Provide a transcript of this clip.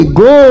go